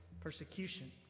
persecution